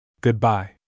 Goodbye